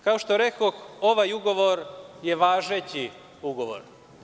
Kao što rekoh, ovaj ugovor je važeći ugovor.